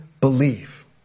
believe